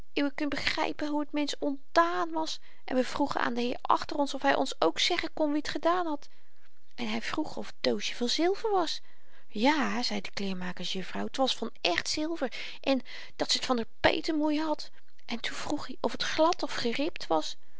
uwe kunt begrypen hoe t mensch ontdaan was en we vroegen aan den heer achter ons of hy ons ook zeggen kon wie t gedaan had en hy vroeg of t doosje van zilver was ja zei de kleermakers juffrouw t was van echt zilver en dat ze t van r peetemoei had en toen vroeg i of t glad of geribd was